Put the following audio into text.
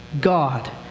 God